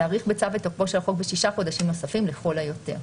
להאריך בצו את תוקפו של החוק ב-6 חודשים נוספים לכל היותר.